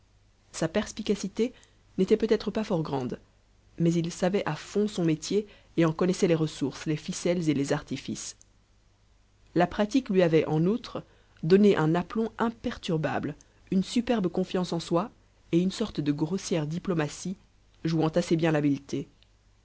sa perspicacité n'était peut-être pas fort grande mais il savait à fond son métier et en connaissait les ressources les ficelles et les artifices la pratique lui avait en outre donné un aplomb imperturbable une superbe confiance en soi et une sorte de grossière diplomatie jouant assez bien l'habileté